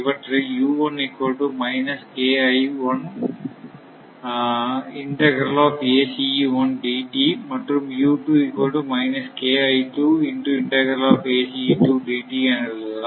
இவற்றை மற்றும் என எழுதலாம்